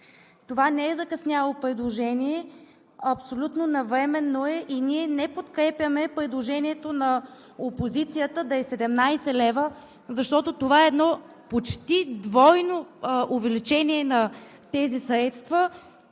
То не е закъсняло предложение, абсолютно навременно е и ние не подкрепяме предложението на опозицията да е 17 лв., защото това е едно почти двойно увеличение на тези средства,